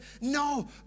no